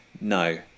no